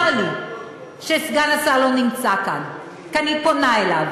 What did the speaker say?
צר לי שסגן השר לא נמצא כאן, כי אני פונה אליו,